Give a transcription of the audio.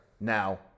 Now